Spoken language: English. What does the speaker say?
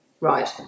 Right